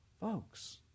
Folks